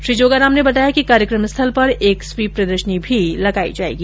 श्री जोगाराम ने बताया कि कार्यक्रम स्थल पर एक स्वीप प्रदर्शनी का भी आयोजन किया जाएगा